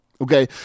Okay